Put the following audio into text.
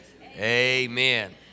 amen